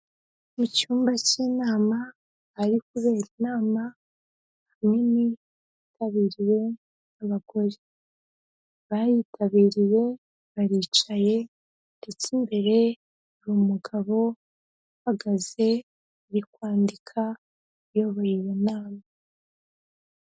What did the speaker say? Mu cyumba cy'inama ahari kubera inama ahanini yitabiriwe n'abagore, abayitabiriye baricaye ndetse imbere hari umugabo uhagaze uri kwandika iyoboye iyo nama.